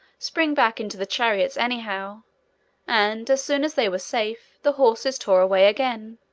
spring back into the chariots anyhow and, as soon as they were safe, the horses tore away again.